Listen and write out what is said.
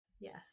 Yes